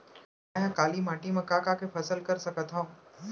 मै ह काली माटी मा का का के फसल कर सकत हव?